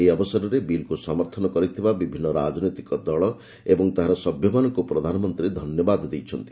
ଏହି ଅବସରରେ ବିଲ୍କୁ ସମର୍ଥନ କରିଥିବା ବିଭିନ୍ନ ରାଜନୈତିକ ଦଳ ଓ ତାହାର ସଭ୍ୟମାନଙ୍କୁ ପ୍ରଧାନମନ୍ତ୍ରୀ ଧନ୍ୟବାଦ ଦେଇଛନ୍ତି